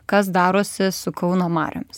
kas darosi su kauno mariomis